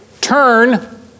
turn